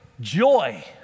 joy